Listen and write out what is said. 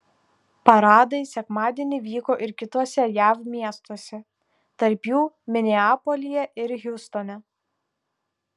paradai sekmadienį vyko ir kituose jav miestuose tarp jų mineapolyje ir hjustone